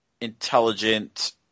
intelligent